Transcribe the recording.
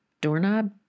doorknob